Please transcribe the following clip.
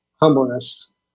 humbleness